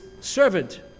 servant